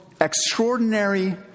extraordinary